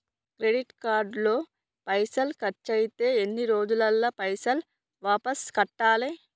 Credit card లో పైసల్ ఖర్చయితే ఎన్ని రోజులల్ల పైసల్ వాపస్ కట్టాలే?